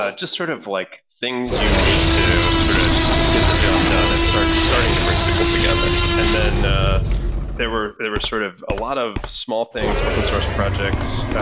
ah just sort of like things you need to sort of get the job done and starting starting to bring people together. and then ah there were there were sort of a lot of small things, open source projects,